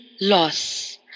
Loss